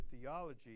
theology